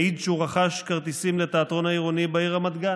מעיד שהוא רכש כרטיסים לתיאטרון העירוני בעיר רמת גן.